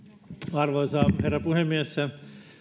arvoisa herra puhemies